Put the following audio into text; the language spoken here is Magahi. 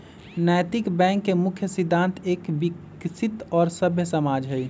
नैतिक बैंक के मुख्य सिद्धान्त एक विकसित और सभ्य समाज हई